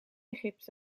egypte